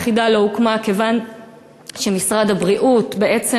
היחידה לא הוקמה כיוון שמשרד הבריאות בעצם